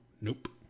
Nope